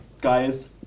guys